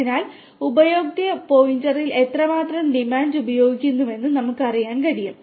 അതിനാൽ ഉപഭോക്തൃ പോയിന്റിൽ എത്രമാത്രം ഡിമാൻഡ് ഉപയോഗിക്കുന്നുവെന്ന് നമുക്കറിയാം